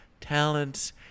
talents